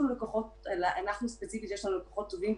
לנו ספציפית יש לקוחות טובים,